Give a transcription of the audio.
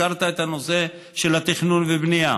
הזכרת את הנושא של התכנון ובנייה,